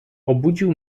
obudził